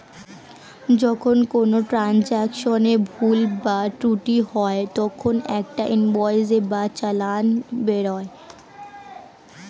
যখন কোনো ট্রান্জাকশনে ভুল বা ত্রুটি হয় তখন একটা ইনভয়েস বা চালান বেরোয়